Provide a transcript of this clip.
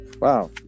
Wow